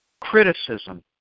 criticism